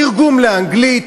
תרגום לאנגלית,